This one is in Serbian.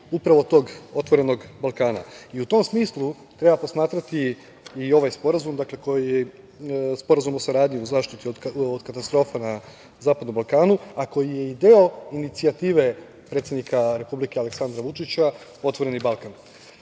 upravo tog otvorenog Balkana.U tom smislu treba posmatrati i ovaj sporazum o saradnji u zaštiti od katastrofa na zapadnom Balkanu, a koji je i deo inicijative predsednika Republike Aleksandra Vučića - Otvoreni Balkan.